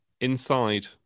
inside